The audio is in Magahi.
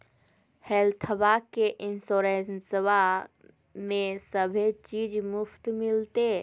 हेल्थबा के इंसोरेंसबा में सभे चीज मुफ्त मिलते?